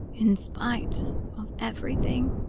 in spite of everything?